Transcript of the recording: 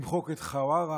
למחוק את חווארה,